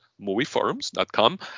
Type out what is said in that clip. movieforums.com